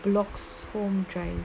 bloxhome drive